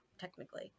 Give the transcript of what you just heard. technically